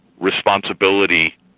responsibility